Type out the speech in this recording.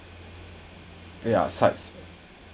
there are sides